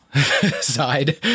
side